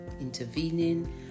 intervening